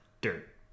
dirt